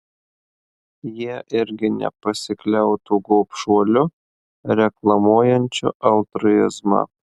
jie irgi nepasikliautų gobšuoliu reklamuojančiu altruizmą